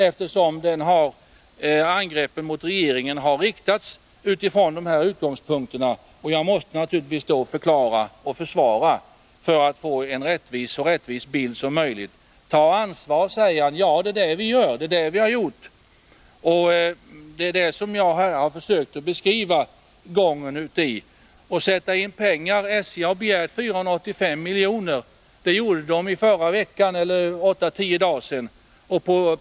Eftersom kraftiga angrepp riktats mot regeringen måste jag naturligtvis förklara och försvara handlandet för att få en så rättvis bild som möjligt. Ta ansvar, säger herr Zachrisson. Ja, det är det vi har gjort. Det är det jag har försökt beskriva gången av. SJ har begärt 485 milj.kr. Det gjorde de för åtta-tio dagar sedan.